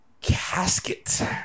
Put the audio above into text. Casket